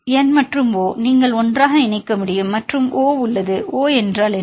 N மற்றும் O நீங்கள் ஒன்றாக இணைக்க முடியும் மற்றும் O உள்ளது ஓ O என்றால் என்ன